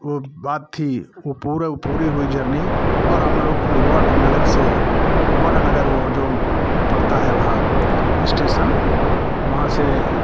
वो बात थी वो पूरा पूरी हुई जर्नी और हम लोग फिर वडनगर से वडनगर वो जो पढ़ता हैं वहाँ स्टेशन वहाँ से